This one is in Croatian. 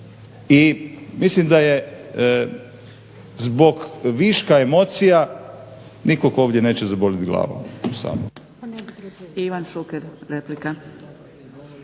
i mislim da zbog viška emocija nikog ovdje neće zabolit glava